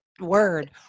word